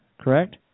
Correct